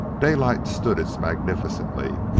daylight stood it magnificently,